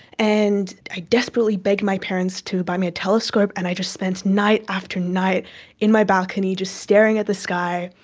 and i desperately begged my parents to buy me a telescope and i just spent night after night in my balcony just staring at the sky,